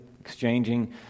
exchanging